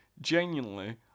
genuinely